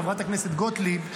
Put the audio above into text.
חברת הכנסת גוטליב,